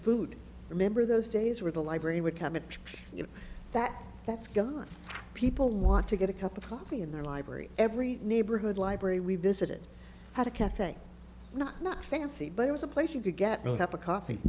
food remember those days where the library would come in you know that that's gone people want to get a cup of coffee in their library every neighborhood library we visited had a cafe not not fancy but it was a place you could get up a coffee